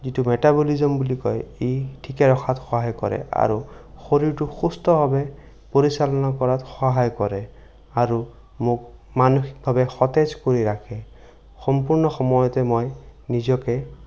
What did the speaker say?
যিটো মেটাবলিজিম বুলি কয় ই ঠিকে ৰখাত সহায় কৰে আৰু শৰীৰটো সুস্থভাৱে পৰিচালনা কৰাত সহায় কৰে আৰু মোক মানসিকভাৱে সতেজ কৰি ৰাখে সম্পূৰ্ণ সময়তে মই নিজকে